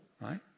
Right